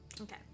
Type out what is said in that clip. Okay